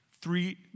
Three